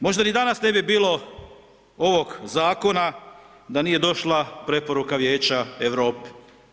Možda ni danas ne bi bilo ovog zakona da nije došla preporuka Vijeća Europe.